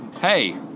hey